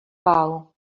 pau